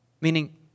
Meaning